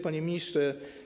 Panie Ministrze!